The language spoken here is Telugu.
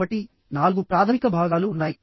కాబట్టి నాలుగు ప్రాథమిక భాగాలు ఉన్నాయి